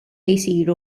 jsiru